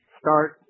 start